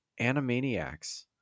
Animaniacs